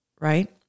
right